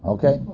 Okay